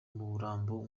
umurambo